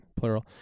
Plural